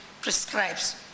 prescribes